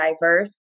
diverse